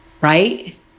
Right